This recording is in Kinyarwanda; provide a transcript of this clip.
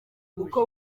uko